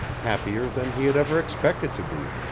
happier than he had ever expected to be.